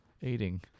eating